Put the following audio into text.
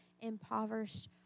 impoverished